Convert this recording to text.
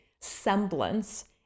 semblance